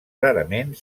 rarament